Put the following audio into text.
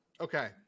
Okay